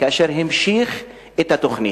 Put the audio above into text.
כאשר המשיך את התוכנית.